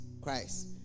Christ